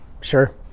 sure